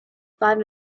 five